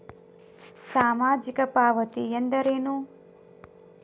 ಸಾಮಾಜಿಕ ಪಾವತಿ ಎಂದರೇನು?